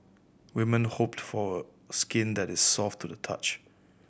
women hope for skin that is soft to the touch